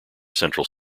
central